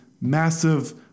massive